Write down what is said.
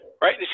Right